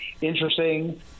interesting